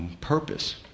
Purpose